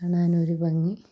കാണാനൊരു ഭംഗി